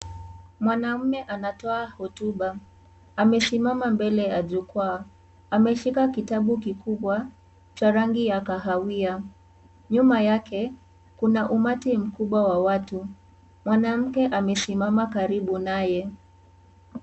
Mwanaume anatoa hotuba. Amesimama mbele ya jukwaa. Ameshika kitabu kikubwa cha rangi ya kahawia. Nyuma yake kuna umati mkubwa wa watu. Mwanamke amesimama karibu naye.